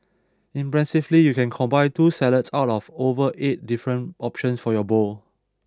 impressively you can combine two salads out of over eight different options for your bowl